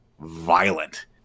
violent